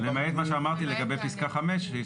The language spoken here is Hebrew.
עקב האכילס של הרפורמה הזו זה זה